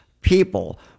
people